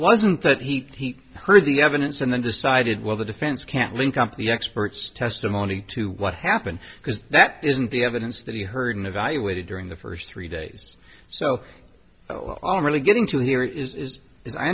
wasn't that he heard the evidence and then decided well the defense can't link up the experts testimony to what happened because that isn't the evidence that he heard in evaluated during the first three days so i'm really getting to here is is i